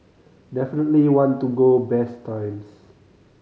definitely want to go best times